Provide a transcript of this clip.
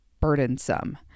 burdensome